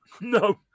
No